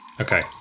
okay